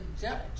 judge